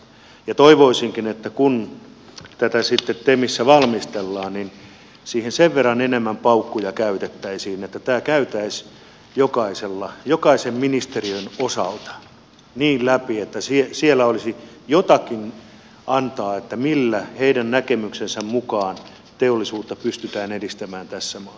toivoisinkin että kun tätä sitten temissä valmistellaan niin siihen sen verran enemmän paukkuja käytettäisiin että tämä käytäisiin jokaisen ministeriön osalta niin läpi että siellä olisi jotakin sellaista antaa että millä heidän näkemyksensä mukaan teollisuutta pystytään edistämään tässä maassa